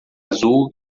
azul